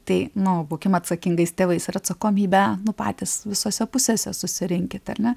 tai nu būkim atsakingais tėvais ir atsakomybę nu patys visose pusėse susirinkit ar ne